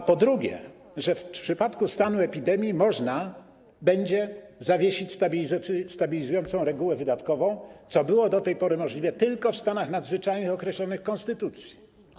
A po drugie, że w przypadku stanu epidemii można będzie zawiesić stabilizującą regułę wydatkową, co było do tej pory możliwe tylko w stanach nadzwyczajnych określonych w konstytucji.